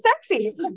sexy